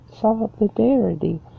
solidarity